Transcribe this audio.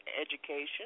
education